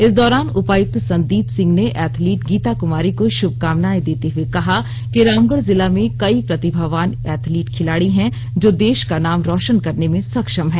इस दौरान उपायुक्त संदीप सिंह ने एथलीट गीता कुमारी को शुभकामनाएं देते हुए कहा कि रामगढ़ जिला में कई प्रतिभावान एथलीट खिलाड़ी हैं जो देश का नाम रोशन करने में सक्षम हैं